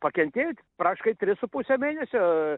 pakentėt praktiškai tris su puse mėnesio